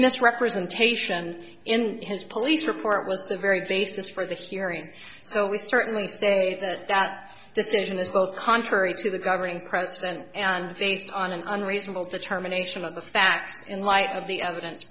misrepresentation in his police report was the very basis for the hearing so we certainly say that that decision is both contrary to the governing president and based on an unreasonable determination of the facts in light of the evidence